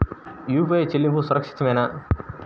UPI చెల్లింపు సురక్షితమేనా?